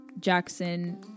Jackson